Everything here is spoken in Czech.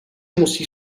musí